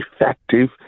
effective